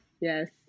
Yes